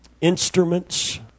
Instruments